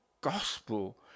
gospel